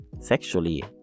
sexually